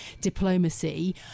diplomacy